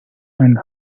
and